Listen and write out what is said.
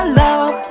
love